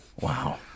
Wow